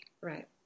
Right